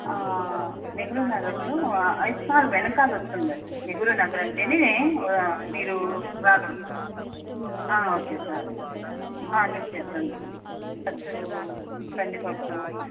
నెహ్రూ నగర్లో హాయిస్ మహల్ వెనకాల వస్తుంది ఇది నెహ్రూ నగర్ అంటే మీరు రాగలుగుతారు ఓకే సార్ లిస్ట్ ఇస్తాను అండి ఫస్టు కందిపప్పు